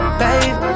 babe